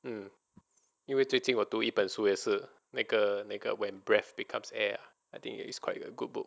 mm 因为最近我读一本书也是那个 breath when breath becomes air I think it's quite a good book